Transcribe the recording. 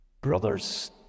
brothers